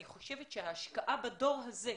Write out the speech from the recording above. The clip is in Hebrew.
אני חושבת שההשקעה בדור הזה,